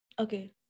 Okay